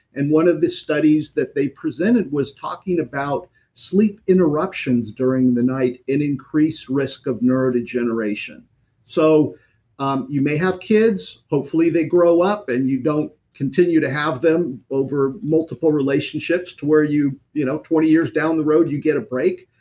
and one of the studies that they presented was talking about sleep interruptions during the night, and increased risk of neurodegeneration so um you may have kids, hopefully they grow up, and you don't continue to have them over multiple relationships, to where you know twenty years down the road you get a break.